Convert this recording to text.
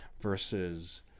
versus